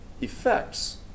effects